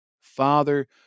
Father